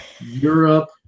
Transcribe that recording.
Europe